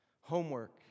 Homework